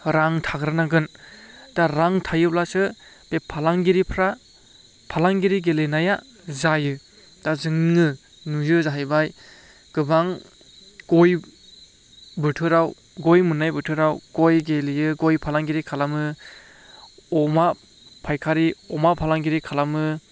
रां थाग्रोनांगोन दा रां थायोब्लासो बे फालांगिरिफ्रा फालांगिरि गेलेनाया जायो दा जोंनो नुयो जाहैबाय गोबां गय बोथोराव गय मोननाय बोथोराव गय गेलेयो गय फालांगिरि खालामो अमा फायखारि अमा फालांगिरि खालामो